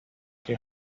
que